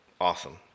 awesome